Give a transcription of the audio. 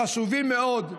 החשובים מאוד,